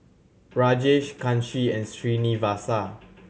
Rajesh Kanshi and Srinivasa